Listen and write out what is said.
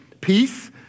peace